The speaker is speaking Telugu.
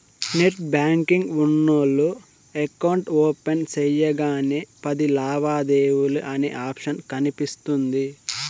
నెట్ బ్యాంకింగ్ ఉన్నోల్లు ఎకౌంట్ ఓపెన్ సెయ్యగానే పది లావాదేవీలు అనే ఆప్షన్ కనిపిస్తుంది